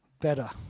better